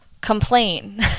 complain